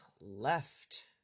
left